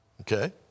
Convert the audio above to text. Okay